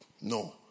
No